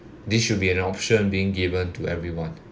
this should be an option being given to everyone